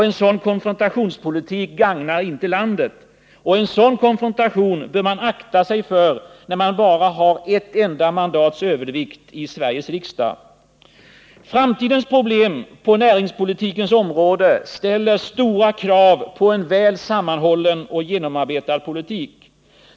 En sådan konfrontationspolitik gagnar inte landet. En sådan konfrontation bör man akta sig för, när man bara har ett enda mandats övervikt i Sveriges riksdag. Framtidens problem på näringspolitikens område ställer stora krav på en väl sammanhållen och genomarbetad politik.